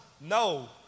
No